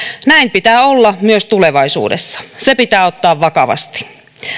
näin pitää olla myös tulevaisuudessa se pitää ottaa vakavasti